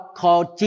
called